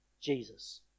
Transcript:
Jesus